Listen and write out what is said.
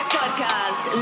podcast